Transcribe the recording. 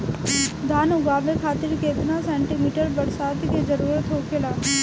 धान उगावे खातिर केतना सेंटीमीटर बरसात के जरूरत होखेला?